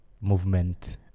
movement